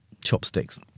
chopsticks